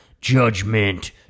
Judgment